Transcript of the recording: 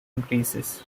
increases